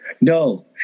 No